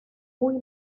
muy